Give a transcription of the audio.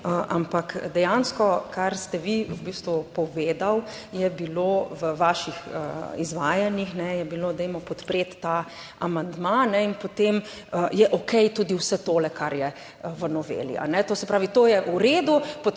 ampak dejansko, kar ste vi v bistvu povedal je bilo, v vaših izvajanjih je bilo, dajmo podpreti ta amandma in potem je okej tudi vse tole, kar je v noveli. To se pravi, to je v redu,